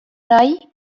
nahi